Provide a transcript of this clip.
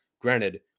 granted